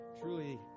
Truly